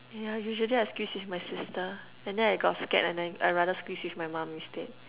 yeah usually I squeeze with my sister and then I got scared and I I rather squeeze with my mum instead